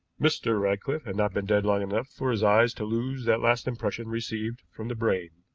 mr. ratcliffe had not been dead long enough for his eyes to lose that last impression received from the brain.